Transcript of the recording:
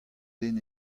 den